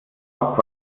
auch